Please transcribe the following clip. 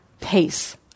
pace